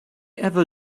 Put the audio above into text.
ever